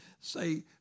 say